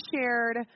shared